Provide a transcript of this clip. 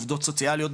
עובדות סוציאליות,